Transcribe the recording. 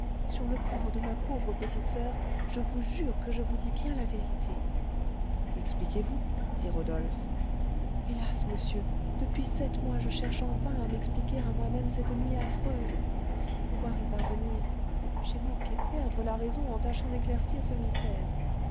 sur le corps de ma pauvre petite soeur je vous jure que je vous dis bien la vérité expliquez-vous dit rodolphe hélas monsieur depuis sept mois je cherche en vain à m'expliquer à moi-même cette nuit affreuse sans pouvoir y parvenir j'ai manqué perdre la raison en tâchant d'éclaircir ce mystère